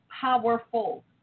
powerful